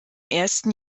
ersten